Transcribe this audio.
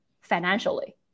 financially